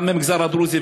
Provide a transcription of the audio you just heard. גם מהמגזר הדרוזי,